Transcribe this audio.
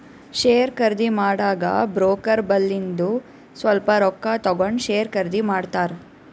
share ಖರ್ದಿ ಮಾಡಾಗ broker ಬಲ್ಲಿಂದು ಸ್ವಲ್ಪ ರೊಕ್ಕಾ ತಗೊಂಡ್ ಶೇರ್ ಖರ್ದಿ ಮಾಡ್ತಾರ್